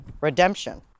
Redemption